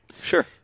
Sure